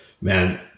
man